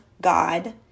God